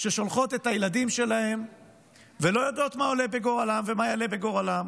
ששולחות את הילדים שלהן ולא יודעות מה עולה בגורלם ומה יעלה בגורלם